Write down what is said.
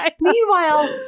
Meanwhile